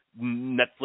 Netflix